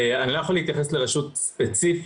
אני לא יכול להתייחס לרשות ספציפית,